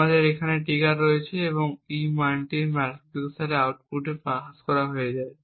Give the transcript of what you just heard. আমাদের এখানে ট্রিগার আছে এবং এই E মানটি মাল্টিপ্লেক্সারের আউটপুটে ফাঁস হয়ে যায়